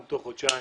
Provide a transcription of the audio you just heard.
תוך חודשיים